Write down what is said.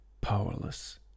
Powerless